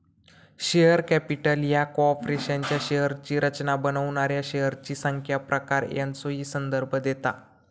share capital ह्या कॉर्पोरेशनच्या शेअर्सची रचना बनवणाऱ्या शेअर्सची संख्या, प्रकार यांचो ही संदर्भ देता